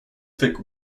vic